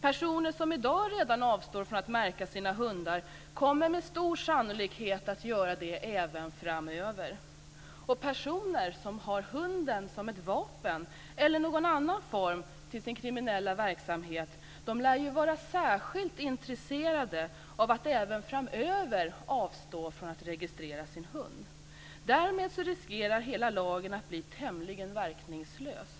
Personer som redan i dag avstår från att märka sina hundar kommer med stor sannolikhet att göra det även framöver. Och personer som har hunden som ett vapen eller som använder hunden i någon annan form till sin kriminella verksamhet lär vara särskilt intresserade av att även framöver avstå från att registrera sin hund. Därmed riskerar hela lagen att bli tämligen verkningslös.